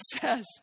says